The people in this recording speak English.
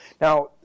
Now